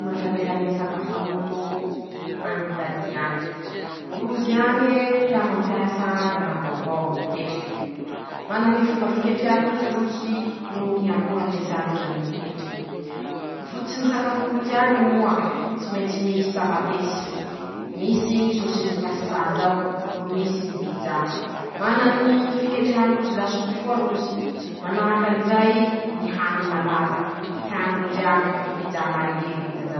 Manahaky anizao ñy fandehany ñy sakafon'olo an'Italie añe: -Rozy añe ,tea mampiasa ñy raha vaovao aminy ñy ketriky ,manany ñy fomba fiketrehan-drozy rozy noho ñy akora ampiasan-drozy aminy ñy ketriky ;ñy fototsiny ñy sakafon-drozy añy moa ,tsy maintsy misy tamatesy ,misy ñy sôsiny pastà zao ,misy ñy pizza, manany ñy fiketrehan-drozy lasopy koa rozy ,manahaky anizay ñy hany malaza ,tean-drozy añy ,ñy pizza margerita zao.